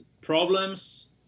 problems